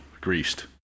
greased